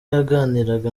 yaganiraga